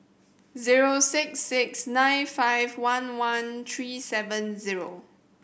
zero six six nine five one one three seven zero